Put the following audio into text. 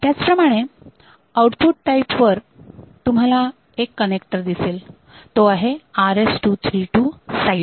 त्याचप्रमाणेआउटपुट type वर तुम्हाला एक कनेक्टर दिसेल तो आहे RS232 साईड